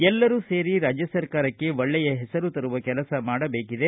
ಎಲ್ಲರೂ ಸೇರಿ ರಾಜ್ಯ ಸರ್ಕಾರಕ್ಕೆ ಒಳ್ಳೆಯ ಹೆಸರು ತರುವ ಕೆಲಸ ಮಾಡಬೇಕಿದೆ